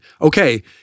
okay